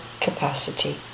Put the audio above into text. capacity